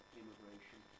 immigration